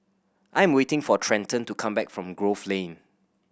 I am waiting for Trenton to come back from Grove Lane